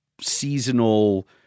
seasonal